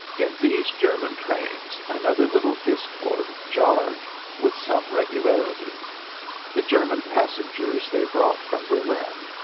in these german trains another little discord jarred with some regularity the german passengers they brought from berlin,